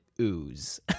ooze